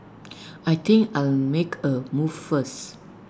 I think I'll make A move first